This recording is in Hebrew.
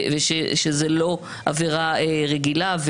ושזאת לא עבירה רגילה.